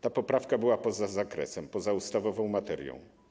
Ta poprawka była poza zakresem, poza ustawową materią.